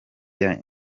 year